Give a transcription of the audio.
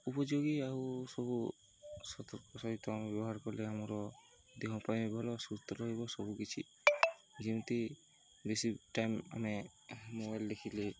ଉପଯୋଗୀ ଆଉ ସବୁ ସତର୍କ ସହିତ ଆମେ ବ୍ୟବହାର କଲେ ଆମର ଦେହ ପାଇଁ ଭଲ ସୁସ୍ଥ ରହିବ ସବୁକିଛି ଯେମିତି ବେଶି ଟାଇମ୍ ଆମେ ମୋବାଇଲ୍ ଦେଖିଲେ